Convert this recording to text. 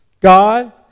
God